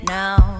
now